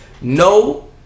No